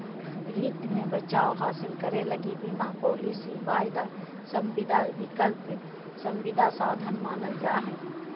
वित्त मे बचाव हासिल करे लगी बीमा पालिसी, वायदा संविदा, विकल्प संविदा साधन मानल जा हय